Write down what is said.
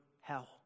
hell